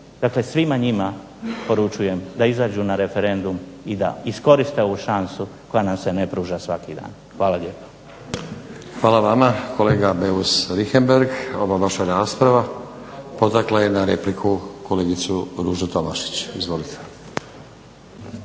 dakle svima njima poručujem da izađu na referendum i da iskoriste ovu šansu koja nam se ne pruža svaki dan. Hvala lijepa. **Stazić, Nenad (SDP)** Hvala vama kolega Beus Richembergh, ova vaša rasprava potakla je na repliku kolegicu Ružu Tomašić. **Tomašić,